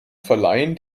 verleihen